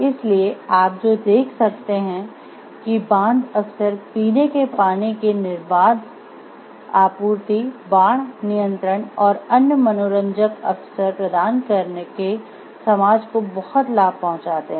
इसलिए आप जो देख सकते हैं कि बांध अक्सर पीने के पानी की निर्बाध आपूर्ति बाढ़ नियंत्रण और अन्य मनोरंजक अवसर प्रदान करके समाज को बहुत लाभ पहुंचाते हैं